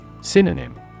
Synonym